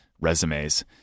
resumes